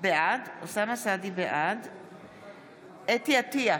בעד חוה אתי עטייה,